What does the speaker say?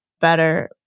better